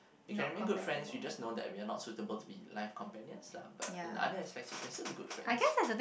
we can remain good friends you just know we are not suitable to be life companions lah but in other aspects we can still be good friends